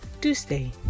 Tuesday